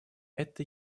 это